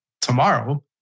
tomorrow